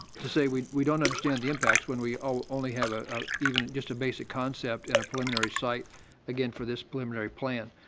to say we we don't understand the impacts when we only have ah ah even just a basic concept and a preliminary site again for this preliminary plan.